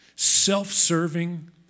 self-serving